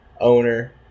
owner